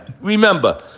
Remember